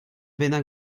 bennak